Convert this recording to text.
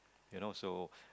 you know so